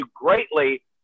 greatly